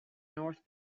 north